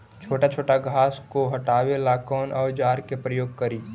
छोटा छोटा घास को हटाबे ला कौन औजार के प्रयोग करि?